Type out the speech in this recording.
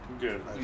good